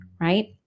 Right